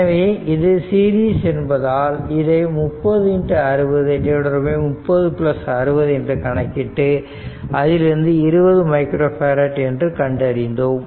எனவே இது சீரிஸ் என்பதால் இதை 30 60 30 60 என்று கணக்கிட்டு அதிலிருந்து 20 மைக்ரோ பேரட் என்று கண்டறிந்தோம்